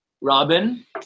Robin